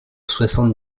soixante